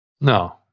No